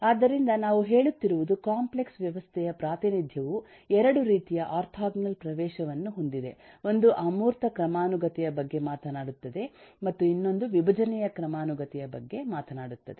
ಆದ್ದರಿಂದ ನಾವು ಹೇಳುತ್ತಿರುವುದು ಕಾಂಪ್ಲೆಕ್ಸ್ ವ್ಯವಸ್ಥೆಯ ಪ್ರಾತಿನಿಧ್ಯವು 2 ರೀತಿಯ ಆರ್ಥೋಗೋನಲ್ ಪ್ರವೇಶವನ್ನು ಹೊಂದಿದೆ ಒಂದು ಅಮೂರ್ತ ಕ್ರಮಾನುಗತೆಯ ಬಗ್ಗೆ ಮಾತನಾಡುತ್ತದೆ ಮತ್ತು ಇನ್ನೊಂದು ವಿಭಜನೆಯ ಕ್ರಮಾನುಗತೆಯ ಬಗ್ಗೆ ಮಾತನಾಡುತ್ತದೆ